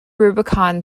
rubicon